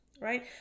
right